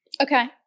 Okay